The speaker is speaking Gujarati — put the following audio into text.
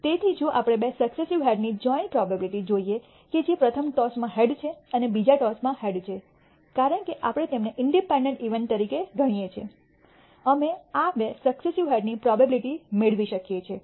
તેથી જો આપણે બે સક્સેસિવ હેડની જોઈન્ટ પ્રોબેબીલીટી જોઈએ કે જે પ્રથમ ટોસમાં હેડ છે અને બીજા ટોસમાં હેડ છે કારણ કે આપણે તેમને ઇંડિપેંડેન્ટ ઇવેન્ટ તરીકે ગણીએ છીએ અમે આ બે સક્સેસિવ હેડની પ્રોબેબીલીટી મેળવી શકીએ છીએ